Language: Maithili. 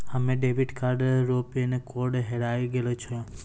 हमे डेबिट कार्ड रो पिन कोड हेराय गेलो छै